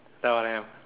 now I am